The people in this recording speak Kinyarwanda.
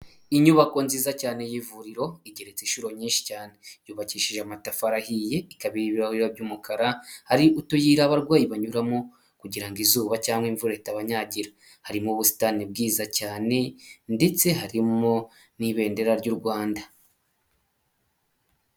Inyubako nziza cyane y'ivuriro igeretse inshuro nyinshi cyane. Yubakishije amatafari ahiye ikaba ibirahura by'umukara hari utuyira abarwayi banyuramo kugira ngo izuba cyangwa imvura ritabanyagira, harimo ubusitani bwiza cyane ndetse harimo n'ibendera ry'u Rwanda.